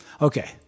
Okay